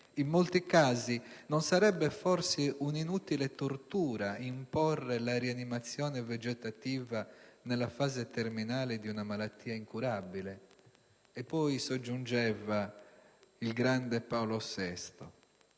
In molti casi non sarebbe forse un'inutile tortura imporre la rianimazione vegetativa nella fase terminale di una malattia incurabile?». Poi soggiungeva il grande Paolo VI: